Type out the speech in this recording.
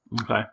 Okay